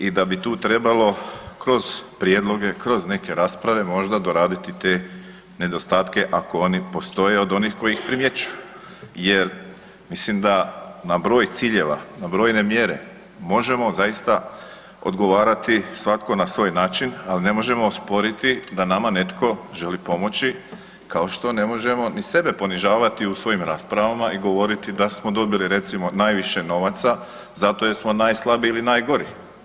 I da bi tu trebalo kroz prijedloge, kroz neke rasprave možda doraditi te nedostatke ako oni postoje od onih koji ih primjećuju jer mislim da na broj ciljeva, na brojne mjere možemo zaista odgovarati svatko na svoj način, ali ne možemo sporiti da nama netko želi pomoći kao što ne možemo ni sebe ponižavati u svojim raspravama i govoriti da smo dobili recimo najviše novaca zato jer smo najslabiji ili najgori.